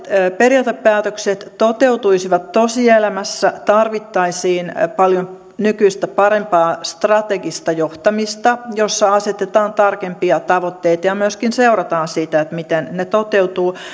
periaatepäätökset toteutuisivat tosielämässä tarvittaisiin paljon nykyistä parempaa strategista johtamista jossa asetetaan tarkempia tavoitteita ja myöskin seurataan miten ne toteutuvat